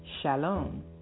Shalom